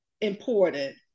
important